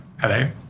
Hello